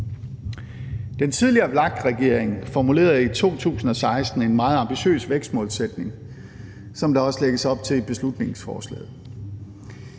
Den tidligere VLAK-regering formulerede i 2016 en meget ambitiøs vækstmålsætning, som der også lægges op til i beslutningsforslaget.